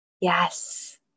yes